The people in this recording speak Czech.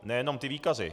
Nejenom ty výkazy.